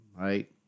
right